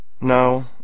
No